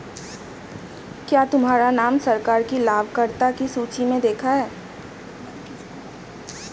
क्या तुम्हारा नाम सरकार की लाभकर्ता की सूचि में देखा है